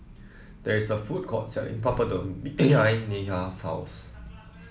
there is a food court selling Papadum behind Neha's house